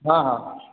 हाँ हाँ